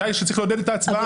בוודאי שצריך לעודד את ההצבעה.